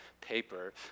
paper